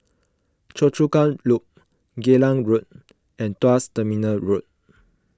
Choa Chu Kang Loop Geylang Road and Tuas Terminal Road